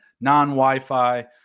non-Wi-Fi